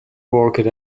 worked